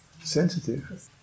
sensitive